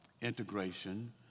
integration